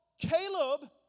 Caleb